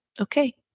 Okay